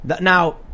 Now